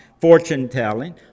fortune-telling